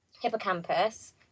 Hippocampus